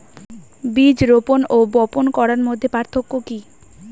বীজ রোপন ও বপন করার মধ্যে পার্থক্য কি?